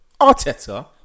Arteta